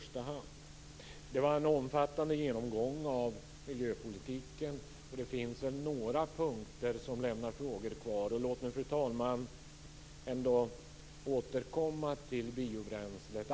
[6~Det gjordes en omfattande genomgång av miljöpolitiken, och det finns väl några punkter som lämnar frågor kvar. Låt mig, fru talman, återkomma till biobränslet.